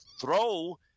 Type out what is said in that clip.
throw